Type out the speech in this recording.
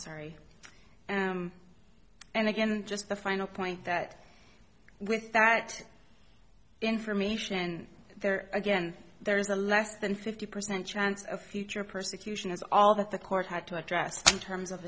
sorry and again just the final point that with that information there again there's a less than fifty percent chance of future persecution is all that the court had to address in terms of